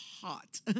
hot